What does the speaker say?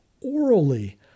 orally